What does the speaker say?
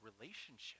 relationship